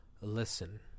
Listen